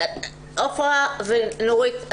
עפרה ונורית,